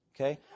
okay